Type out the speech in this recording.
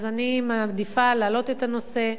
אני מעדיפה להעלות את הנושא,